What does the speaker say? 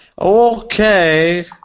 Okay